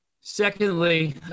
Secondly